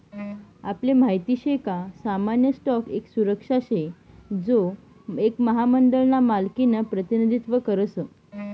आपले माहित शे का सामान्य स्टॉक एक सुरक्षा शे जो एक महामंडळ ना मालकिनं प्रतिनिधित्व करस